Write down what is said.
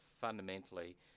fundamentally